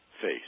face